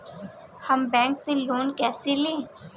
हम बैंक से लोन कैसे लें?